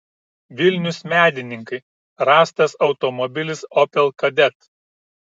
vilnius medininkai rastas automobilis opel kadett